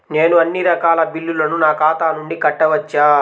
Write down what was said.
నేను అన్నీ రకాల బిల్లులను నా ఖాతా నుండి కట్టవచ్చా?